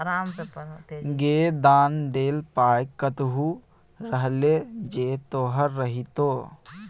गै दान देल पाय कतहु रहलै जे तोहर रहितौ